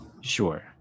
Sure